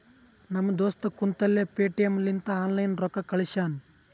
ನಮ್ ದೋಸ್ತ ಕುಂತಲ್ಲೇ ಪೇಟಿಎಂ ಲಿಂತ ಆನ್ಲೈನ್ ರೊಕ್ಕಾ ಕಳ್ಶ್ಯಾನ